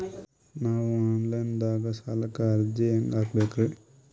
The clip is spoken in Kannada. ನಾವು ಆನ್ ಲೈನ್ ದಾಗ ಸಾಲಕ್ಕ ಅರ್ಜಿ ಹೆಂಗ ಹಾಕಬೇಕ್ರಿ?